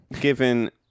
given